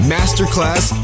Masterclass